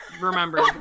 remember